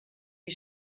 wie